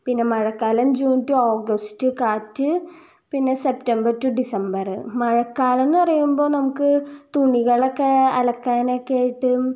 പിന്നെ മഴക്കാലം June to August കാറ്റ് പിന്നെ സെപ്റ്റംബർ ടു ഡിസംബറ് മഴക്കാലന്ന് പറയുമ്പോൾ നമുക്ക് തുണികളൊക്കെ അലക്കാനക്കെ ആയിട്ടും